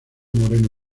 moreno